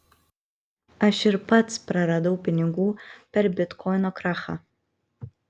aš ir pats praradau pinigų per bitkoino krachą